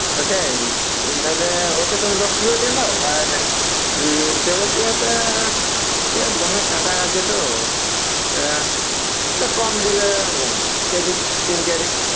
ওটাই তাইলে ওইটা তুমি দশ কিলো দিয়ে দাও আর তেলাপিয়াটা তা কম দেবে কেজি তিন চারেক